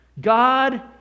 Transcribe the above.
God